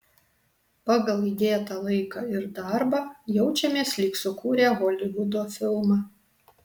pagal įdėtą laiką ir darbą jaučiamės lyg sukūrę holivudo filmą